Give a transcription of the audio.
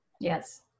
yes